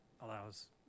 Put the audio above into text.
allows